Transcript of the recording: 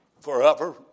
Forever